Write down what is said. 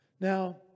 Now